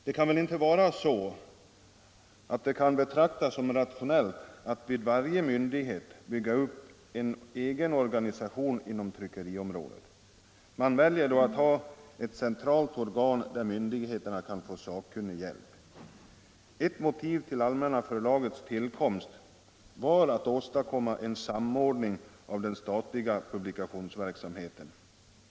Det kan väl inte betraktas som rationellt att vid varje myndighet bygga upp en egen organisation inom tryckeriområdet. Man väljer då att ha ett centralt organ, där myndigheterna kan få sakkunnig hjälp. Ett motiv till Allmänna Förlagets tillkomst var att åstadkomma en samordning av den statliga publikationsverksamheten.